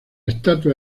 estatua